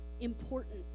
Important